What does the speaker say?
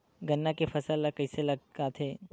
गन्ना के फसल ल कइसे लगाथे?